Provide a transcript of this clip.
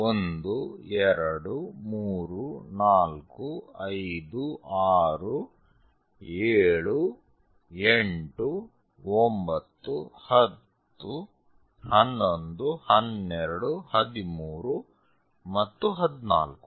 1 2 3 4 5 6 7 8 9 10 11 12 13 ಮತ್ತು 14